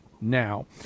now